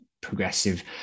progressive